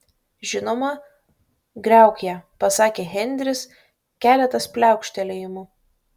žinoma griauk ją pasakė henris keletas pliaukštelėjimų